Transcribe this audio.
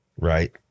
right